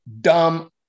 dumb